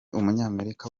umunyamerika